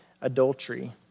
adultery